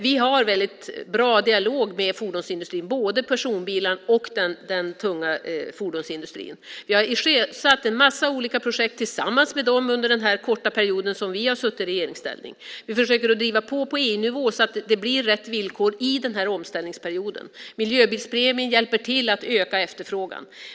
Vi har en väldigt bra dialog med fordonsindustrin, både personbilsindustrin och den tunga fordonsindustrin. Vi har sjösatt en massa olika projekt tillsammans med dem under den korta period som vi har suttit i regeringsställning. Vi försöker på EU-nivå driva på så att det ska bli rätt villkor i den här omställningsperioden. Miljöbilspremien hjälper till att öka efterfrågan.